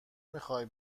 میخوایی